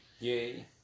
Yay